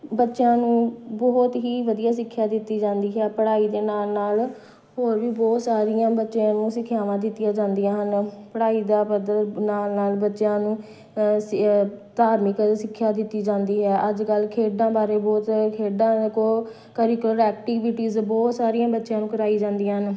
ਬੱਚਿਆਂ ਨੂੰ ਬਹੁਤ ਹੀ ਵਧੀਆ ਸਿੱਖਿਆ ਦਿੱਤੀ ਜਾਂਦੀ ਹੈ ਪੜ੍ਹਾਈ ਦੇ ਨਾਲ ਨਾਲ ਹੋਰ ਵੀ ਬਹੁਤ ਸਾਰੀਆਂ ਬੱਚਿਆਂ ਨੂੰ ਸਿੱਖਿਆਵਾਂ ਦਿੱਤੀਆਂ ਜਾਂਦੀਆਂ ਹਨ ਪੜ੍ਹਾਈ ਦਾ ਪੱਧਰ ਨਾਲ ਨਾਲ ਬੱਚਿਆਂ ਨੂੰ ਸ ਧਾਰਮਿਕ ਸਿੱਖਿਆ ਦਿੱਤੀ ਜਾਂਦੀ ਹੈ ਅੱਜ ਕੱਲ੍ਹ ਖੇਡਾਂ ਬਾਰੇ ਬਹੁਤ ਖੇਡਾਂ ਕੋ ਕਰਿਕਲ ਐਕਟੀਵਿਟੀਜ਼ ਬਹੁਤ ਸਾਰੀਆਂ ਬੱਚਿਆਂ ਨੂੰ ਕਰਾਈ ਜਾਂਦੀਆਂ ਹਨ